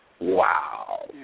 Wow